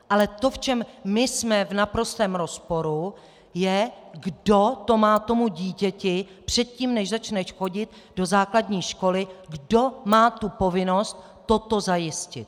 Ale to, v čem my jsme v naprostém rozporu, je, kdo to má tomu dítěti předtím, než začne chodit do základní školy, kdo má tu povinnost toto zajistit.